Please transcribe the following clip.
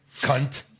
cunt